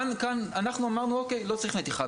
כאן, אנחנו אמרנו אוקיי, לא צריך נתיחה.